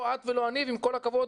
לא את ולא אני ועם כל הכבוד,